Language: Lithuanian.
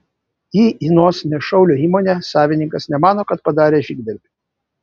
iį šaulio įmonė savininkas nemano kad padarė žygdarbį